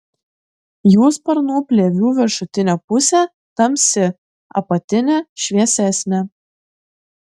jų sparnų plėvių viršutinė pusė tamsi apatinė šviesesnė